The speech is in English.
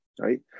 right